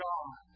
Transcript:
God